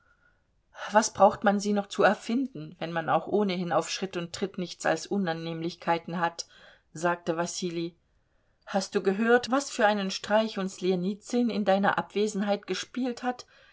was braucht man sie noch zu erfinden wenn man auch ohnehin auf schritt und tritt nichts als unannehmlichkeiten hat sagte wassilij hast du gehört was für einen streich uns ljenizyn in deiner abwesenheit gespielt hat